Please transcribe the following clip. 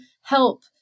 help